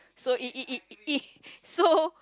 so it it it it so